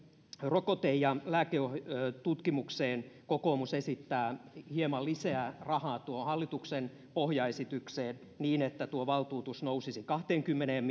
rokote ja lääketutkimukseen kokoomus esittää hieman lisää rahaa tuohon hallituksen pohjaesitykseen nähden niin että tuo valtuutus nousisi kahteenkymmeneen